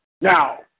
Now